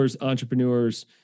entrepreneurs